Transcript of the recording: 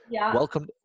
welcome